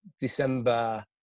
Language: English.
December